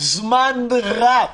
זמן רב.